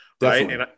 right